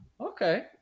okay